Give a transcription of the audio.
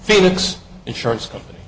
phoenix insurance company